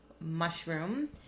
mushroom